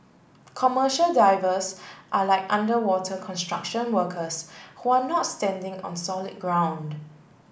commercial divers are like underwater construction workers who are not standing on solid ground